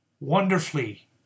wonderfully